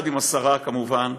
ויחד עם השרה, כמובן,